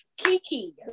Kiki